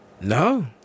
No